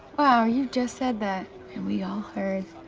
wow, you just said that, and we all heard.